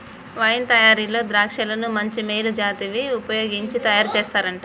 wine తయారీలో ద్రాక్షలను మంచి మేలు జాతివి వుపయోగించి తయారు చేస్తారంట